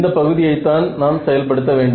இந்த பகுதியைத்தான் நாம் செயல்படுத்த வேண்டும்